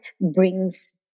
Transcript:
brings